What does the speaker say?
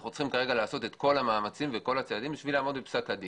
אנחנו צריכים כרגע לעשות את כל המאמצים וצעדים לעמוד בפסק הדין.